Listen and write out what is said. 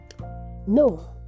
no